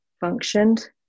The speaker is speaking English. functioned